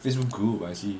Facebook group I see